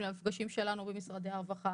אנחנו מתריעים בפני --- שלנו במשרדי הרווחה.